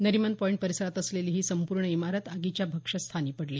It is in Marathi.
नरीमन पॉईंट परिसरात असलेली ही संपूर्ण इमारत आगीच्या भक्ष्यस्थानी पडली